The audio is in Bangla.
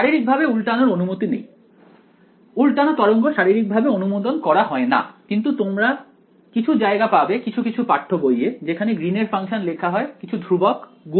শারীরিকভাবে উল্টানোর অনুমতি নেই উল্টানো তরঙ্গ শারীরিকভাবে অনুমোদন করা হয় না কিন্তু তোমরা কিছু জায়গা পাবে কিছু কিছু পাঠ্যবইয়ে যেখানে গ্রিনের ফাংশন লেখা হয় কিছু ধ্রুবক গুণ H0